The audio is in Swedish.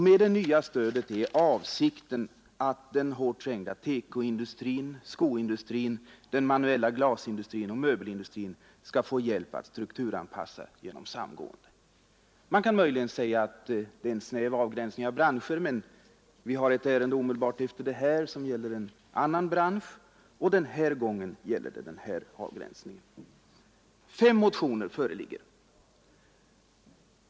Med det nya stödet är avsikten att den hårt trängda TEKO-industrin, skoindustrin, den manuella glasindustrin och möbelindustrin skall få hjälp till strukturanpassning genom samgående. Man kan möjligen med en tidigare talare säga att det är en snäv avgränsning av branscher för statligt stöd, men vi har ett ärende omedelbart efter detta som avser en annan bransch, och den här gången gäller alltså denna avgränsning. Fem motioner föreligger.